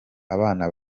abana